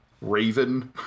Raven